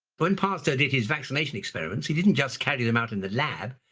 when pasteur did his vaccination experiments, he didn't just carry them out in the lab.